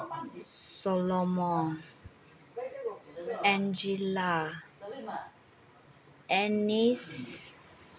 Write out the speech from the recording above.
Solomon Angela Ennis